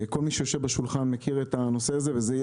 כל מי שיושב בשולחן מכיר את הנושא הזה,